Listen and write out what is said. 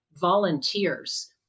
volunteers